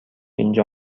اینجا